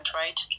right